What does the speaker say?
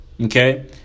Okay